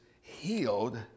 healed